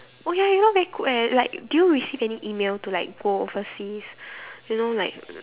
oh ya you know very good eh like did you receive any email to like go overseas you know like